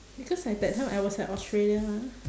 because at that time I was at australia lah